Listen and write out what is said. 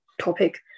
topic